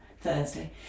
thursday